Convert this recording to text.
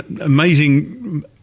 amazing